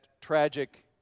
tragic